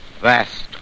vast